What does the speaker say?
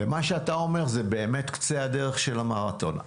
ומה שאתה אומר זה באמת קצה הדרך של המרתון.